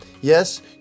Yes